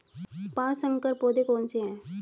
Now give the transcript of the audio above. पाँच संकर पौधे कौन से हैं?